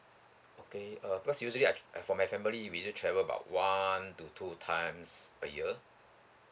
okay uh because usually I I for my family we just travel about one to two times a year